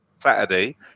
Saturday